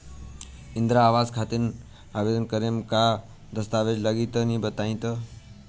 इंद्रा आवास खातिर आवेदन करेम का का दास्तावेज लगा तऽ तनि बता?